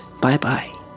bye-bye